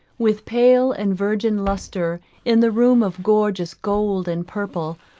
with pale and virgin lustre in the room of gorgeous gold and purple,